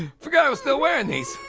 forgot i was still wearing these.